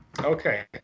Okay